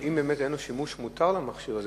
אם באמת אין שימוש מותר במכשיר הזה,